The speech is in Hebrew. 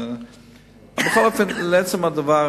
לעצם הדבר,